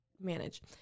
manage